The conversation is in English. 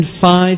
five